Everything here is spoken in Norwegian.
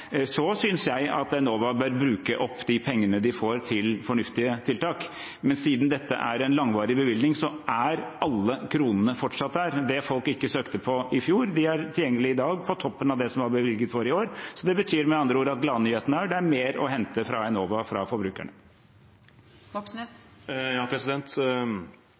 Jeg synes at Enova bør bruke opp de pengene de får til fornuftige tiltak. Men siden dette er en langvarig bevilgning, er alle kronene fortsatt der. Det som folk ikke søkte om i fjor, er tilgjengelig i dag, på toppen av det som er bevilget for i år. Det betyr med andre ord at gladnyheten er at det er mer å hente fra Enova